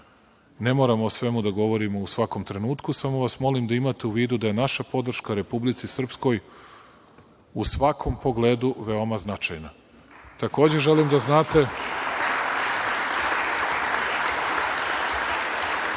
Ne moramo o svemu da govorimo u svakom trenutku, samo vas molim da imate u vidu da je naša podrška Republici Srpskoj u svakom pogledu veoma značajna. Takođe želim da znate